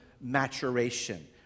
maturation